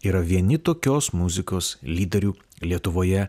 yra vieni tokios muzikos lyderių lietuvoje